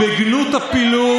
כן, ממש, בגנות הפילוג